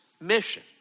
mission